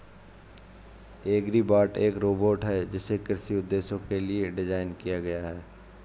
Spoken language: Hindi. एग्रीबॉट एक रोबोट है जिसे कृषि उद्देश्यों के लिए डिज़ाइन किया गया है